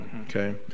okay